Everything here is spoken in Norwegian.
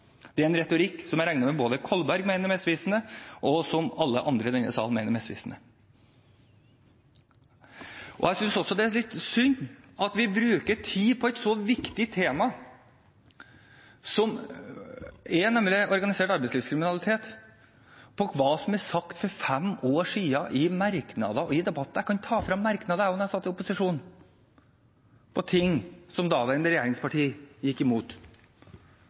er en retorikk som jeg regner med at både Kolberg og alle andre i denne salen mener er misvisende. Jeg synes også at det er litt synd at vi bruker tid på hva som ble sagt for fem år siden i merknader og i debatter, når vi skal debattere et så viktig tema som organisert arbeidslivskriminalitet. Jeg kan også hente frem merknader fra da jeg satt i opposisjon, om ting som de daværende regjeringspartiene gikk imot.